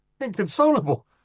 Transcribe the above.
Inconsolable